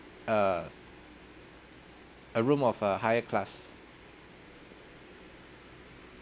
err a room of a higher class